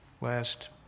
last